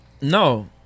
No